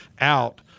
out